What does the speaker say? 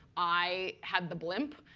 i had the blimp.